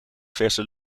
verse